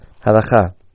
Halacha